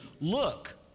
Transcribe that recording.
look